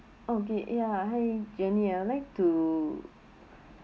okay ya hi janice ah I would like to